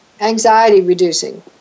anxiety-reducing